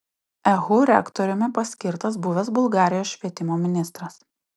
ehu rektoriumi paskirtas buvęs bulgarijos švietimo ministras